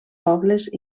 pobles